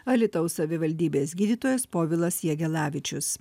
alytaus savivaldybės gydytojas povilas jagelavičius